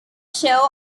show